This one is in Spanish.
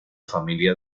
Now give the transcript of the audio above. familia